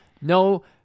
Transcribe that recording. no